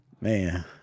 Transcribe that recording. Man